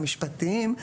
המשפטיים,